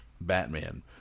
Batman